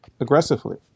aggressively